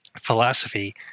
philosophy